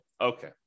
Okay